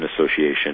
Association